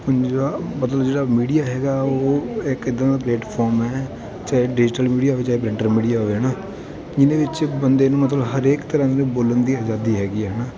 ਜਿਹੜਾ ਮਤਲਬ ਜਿਹੜਾ ਮੀਡੀਆ ਹੈਗਾ ਉਹ ਇੱਕ ਇੱਦਾਂ ਦਾ ਪਲੇਟਫਾਰਮ ਹੈ ਚਾਹੇ ਡਿਜ਼ੀਟਲ ਮੀਡੀਆ ਹੋਵੇ ਚਾਹੇ ਪ੍ਰਿੰਟਡ ਮੀਡੀਆ ਹੋਵੇ ਹੈ ਨਾ ਇਹਦੇ ਵਿੱਚ ਬੰਦੇ ਨੂੰ ਮਤਲਬ ਹਰੇਕ ਤਰ੍ਹਾਂ ਦੇ ਬੋਲਣ ਦੀ ਆਜ਼ਾਦੀ ਹੈਗੀ ਆ ਹੈ ਨਾ